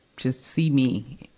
just see me.